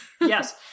Yes